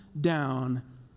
down